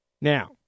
Now